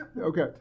Okay